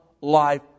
life